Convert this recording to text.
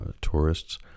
tourists